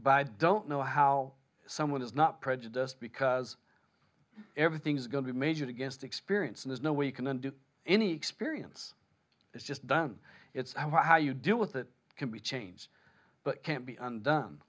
by don't know how someone is not prejudiced because everything is going to be made against experience and there's no way you can undo any experience it's just done it's what how you deal with it can be changed but can't be undone